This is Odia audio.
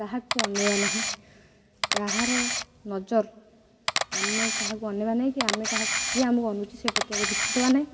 କାହାକୁ ଅନାଇବା ନାହିଁ କାହାର ନଜର ଆମେ କାହାକୁ ଅନାଇବା ନାହିଁ କି ଆମେ କାହାକୁ କିଏ ଆମକୁ ଅନଉଛି ସେ ପ୍ରତି ଆକୁ ଦୃଷ୍ଟି ଦବାର ନାହିଁ